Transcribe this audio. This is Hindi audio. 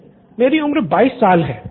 स्टूडेंट ४ मेरी उम्र बाईस साल है